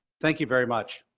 thank you very much.